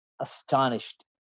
astonished